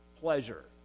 pleasure